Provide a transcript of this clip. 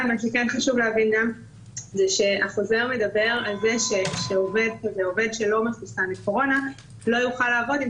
חשוב להבין שהחוזר מדבר על זה שעובד שלט מחוסן לקורונה לא יוכל לעבוד עם